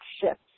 shifts